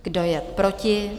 Kdo je proti?